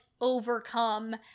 overcome